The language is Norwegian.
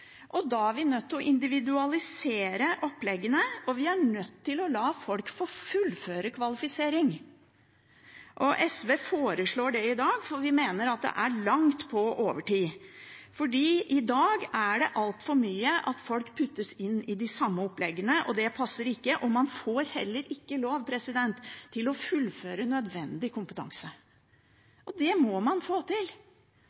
Da er vi nødt til å individualisere oppleggene, og vi er nødt til å la folk få fullføre kvalifisering. SV foreslår det i dag, for vi mener at det er langt på overtid. I dag er det altfor mye av at folk puttes inn i de samme oppleggene, og det passer ikke, og man får heller ikke lov til å fullføre nødvendig kompetanse.